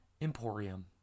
Emporium